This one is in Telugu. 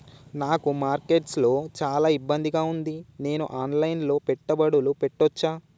నాకు మార్కెట్స్ లో చాలా ఇబ్బందిగా ఉంది, నేను ఆన్ లైన్ లో పెట్టుబడులు పెట్టవచ్చా?